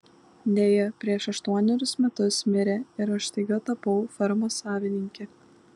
deja prieš aštuonerius metus mirė ir aš staiga tapau fermos savininke